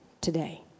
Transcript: today